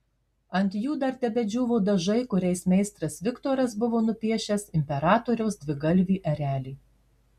ant jų dar tebedžiūvo dažai kuriais meistras viktoras buvo nupiešęs imperatoriaus dvigalvį erelį